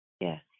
Yes